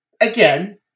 again